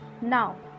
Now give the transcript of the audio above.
now